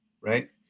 right